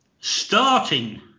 Starting